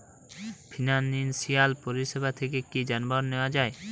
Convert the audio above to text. Financial পরিসেবা থেকে কি যানবাহন নেওয়া যায়?